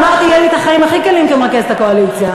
אמרתי: יהיו לי החיים הכי קלים כמרכזת הקואליציה.